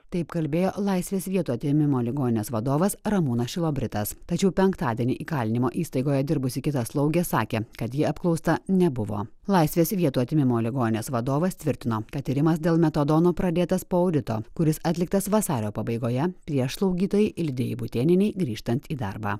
taip kalbėjo laisvės vietų atėmimo ligoninės vadovas ramūnas šilobritas tačiau penktadienį įkalinimo įstaigoje dirbusi kita slaugė sakė kad ji apklausta nebuvo laisvės vietų atėmimo ligoninės vadovas tvirtino kad tyrimas dėl metadono pradėtas po audito kuris atliktas vasario pabaigoje prieš slaugytojai lidijai būtėnienei grįžtant į darbą